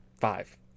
five